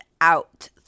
out